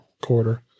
quarter